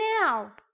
now